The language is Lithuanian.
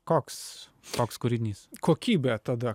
koks toks kūrinys